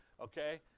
okay